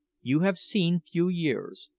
you have seen few years,